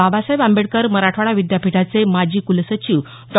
बाबासाहेब आंबेडकर मराठवाडा विद्यापीठाचे माजी कुलसचिव डॉ